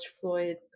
Floyd